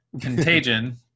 contagion